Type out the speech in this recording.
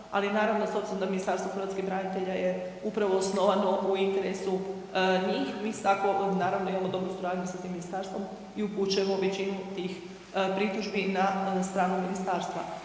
ali naravno s obzirom da Ministarstvo hrvatskih branitelja je upravo osnovano u interesu njih mi tako naravno imamo dobru suradnju s tim ministarstvom i upućujemo većinu tih pritužbi na stranu ministarstva.